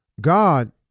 God